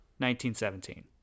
1917